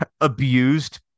abused